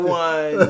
one